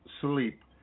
sleep